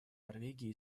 норвегии